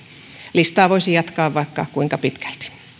listaa voisi jatkaa vaikka kuinka pitkälti